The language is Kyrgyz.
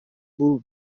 бул